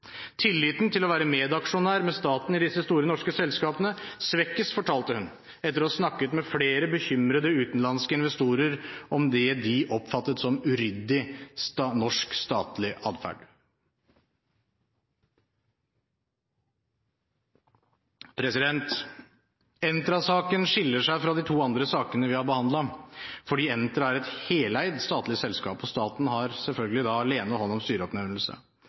Tilliten til å være medaksjonær med staten i disse store norske selskapene svekkes, fortalte hun, etter å ha snakket med flere bekymrede utenlandske investorer om det de oppfattet som uryddig norsk statlig adferd. Entra-saken skiller seg fra de to andre sakene vi har behandlet, fordi Entra er et heleid statlig selskap, og staten har selvfølgelig da alene hånd om styreoppnevnelse.